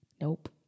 nope